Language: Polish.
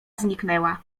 zniknęła